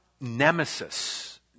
nemesis